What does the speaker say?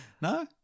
no